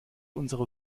unserer